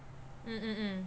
mm mm mm